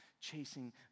chasing